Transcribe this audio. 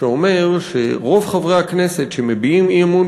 שאומר שרוב חברי הכנסת שמביעים אי-אמון